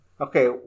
Okay